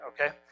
Okay